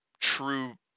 true